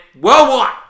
Worldwide